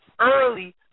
early